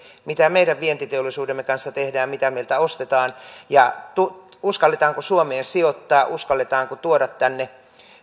mitä meidän vientiteollisuutemme kanssa tehdään mitä meiltä ostetaan ja siihen uskalletaanko suomeen sijoittaa uskalletaanko tuoda